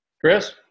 Chris